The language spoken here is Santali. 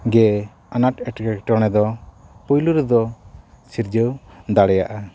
ᱜᱮ ᱟᱱᱟᱴ ᱮᱴᱠᱮᱴᱚᱬᱮ ᱫᱚ ᱯᱳᱭᱞᱳ ᱨᱮᱫᱚ ᱥᱤᱨᱡᱟᱹᱣ ᱫᱟᱲᱮᱭᱟᱜᱼᱟ